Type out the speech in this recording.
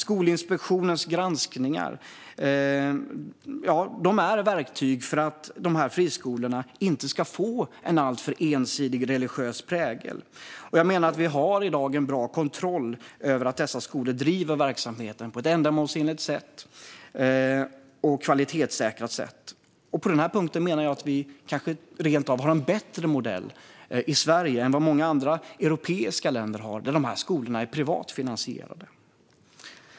Skolinspektionens granskningar är verktyg för att friskolorna inte ska få en alltför ensidig religiös prägel. Vi har i dag en bra kontroll över att dessa skolor driver verksamheten på ett ändamålsenligt och kvalitetssäkrat sätt. På den punkten har vi rent av en bättre modell i Sverige än vad många andra europeiska länder har där dessa skolor är privat finansierade.